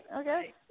Okay